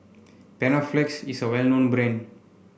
Panaflex is well known brand